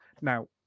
Now